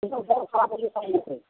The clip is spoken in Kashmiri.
صُبحس دَہ کَہہ بَجے تانۍ یی زیو